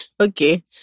Okay